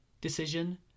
decision